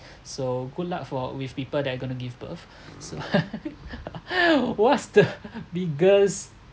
so good luck for with people that are going to give birth so what's the biggest